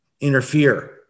interfere